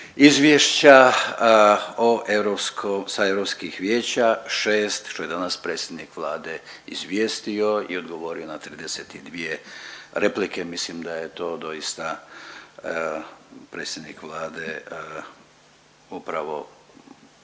Izvješća sa europskih vijeća šest što je danas predsjednik Vlade izvijestio i odgovorio na 32 replike. Mislim da je to doista predsjednik Vlade upravo